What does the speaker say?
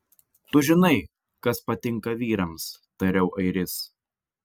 tu žinai kas patinka vyrams tariau airis